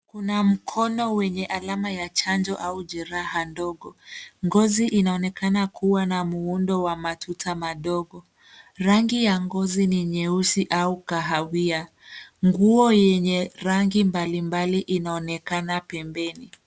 Kuna mkono wenye alama ya chanjo au jeraha dogo. Ngozi inaonekana kuwa na muundo wa matuta madogo. Rangi ya ngozi ni nyeusi au kahawia. Nguo yenye rangi mbalimbali inaonekana pembeni.